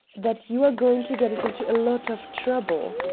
that you are going to get us into a lot of trouble.